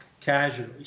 casually